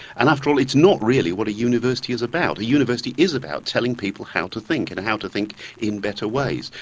and after all it's not really what a university is about a university is about telling people how to think and how to think in better ways.